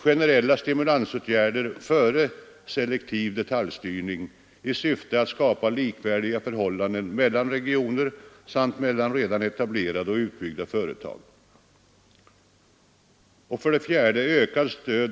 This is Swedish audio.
Generella stimulansåtgärder före selektiv detaljstyrning i syfte att skapa likvärdiga förhållanden mellan regioner samt mellan tidigare etablerade och nyutbyggda företag. 5.